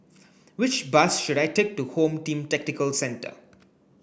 which bus should I take to Home Team Tactical Centre